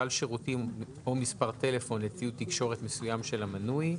סל שירותים או מספר טלפון לציוד תקשורת מסוים של המנוי,